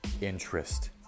interest